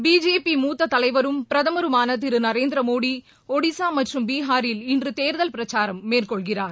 BJP மூத்த தலைவரும் பிரதமருமான திரு நரேந்திரமோடி ஒடிஸா மற்றும் பீகாரில் இன்று தேர்தல் பிரச்சாரம் மேற்கொள்கிறார்